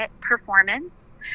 performance